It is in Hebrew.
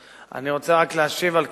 אני רוצה רק להשיב על כך.